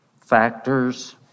factors